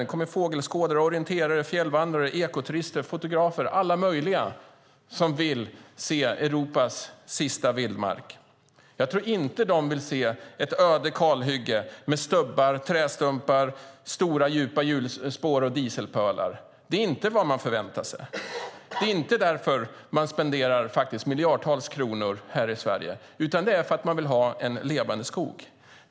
Det kommer fågelskådare, orienterare, fjällvandrare, ekoturister, fotografer, alla möjliga som vill se Europas sista vildmark. Jag tror inte att de vill se ett öde kalhygge med stubbar, trästumpar, stora djupa hjulspår och dieselpölar. Det är inte vad man förväntar sig. Det är inte därför man spenderar miljardtals kronor i Sverige, utan för att man vill ha en levande skog.